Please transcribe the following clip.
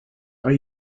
are